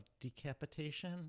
decapitation